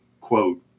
quote